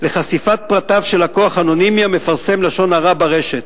לחשיפת פרטיו של לקוח אנונימי המפרסם לשון הרע ברשת.